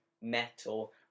metal